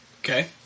Okay